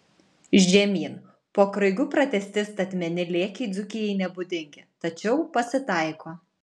žemyn po kraigu pratęsti statmeni lėkiai dzūkijai nebūdingi tačiau pasitaiko